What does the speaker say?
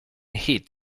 hit